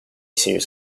series